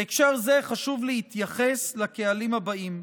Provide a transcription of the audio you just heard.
בהקשר זה חשוב להתייחס לקהלים האלה: